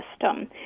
system